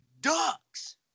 ducks